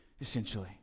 essentially